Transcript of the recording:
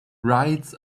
rides